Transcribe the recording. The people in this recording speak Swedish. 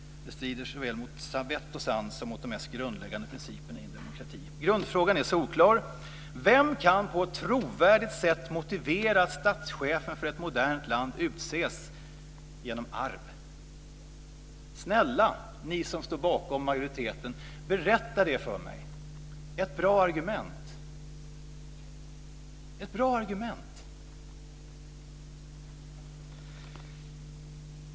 Det strider såväl mot vet och sans som mot de mest grundläggande principerna i en demokrati. Grundfrågan är solklar: Vem kan på ett trovärdigt sätt motivera att statschefen för ett modernt land utses genom arv? Snälla ni som står bakom majoriteten, berätta det för mig! Ge mig ett bra argument.